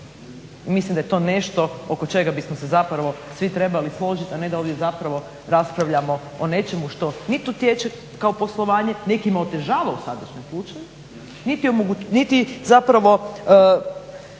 Mislim da je to nešto oko čega bismo se zapravo svi trebali složiti a ne da ovdje zapravo raspravljamo o nečemu što niti utječe kao poslovanje, …/Govornik se ne razumije./… otežava u sadašnjem slučaju, niti zapravo